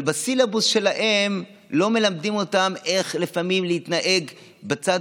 אבל בסילבוס שלהם לא מלמדים אותם איך לפעמים להתנהג בצד